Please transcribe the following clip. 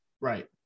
Right